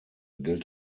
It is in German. gilt